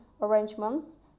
arrangements